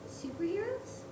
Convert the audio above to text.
superheroes